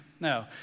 No